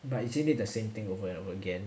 but isn't it the same thing over and over again